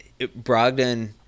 Brogdon –